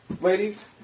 Ladies